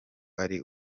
ari